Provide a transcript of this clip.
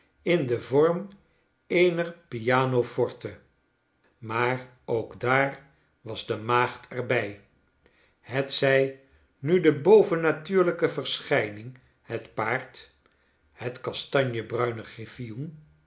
in den vorm eener pianoforte maar ook daar was de maagd er bij hetzij nu de bovennatuurlijke verschijning het paard